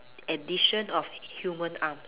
addition of human arm